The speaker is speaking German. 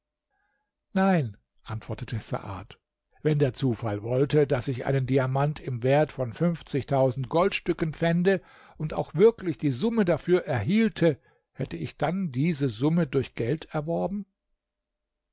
nein antwortete saad wenn der zufall wollte daß ich einen diamant im wert von fünfzigtausend goldstücken fände und auch wirklich die summe dafür erhielte hätte ich dann diese summe durch geld erworben